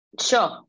Sure